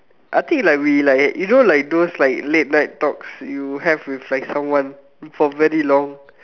I think like we like you know like those like late night talks you have with like someone for very long